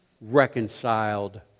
reconciled